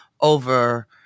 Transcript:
over